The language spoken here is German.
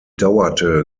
dauerte